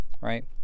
right